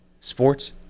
sports